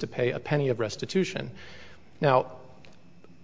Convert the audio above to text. to pay a penny of restitution now